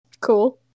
Cool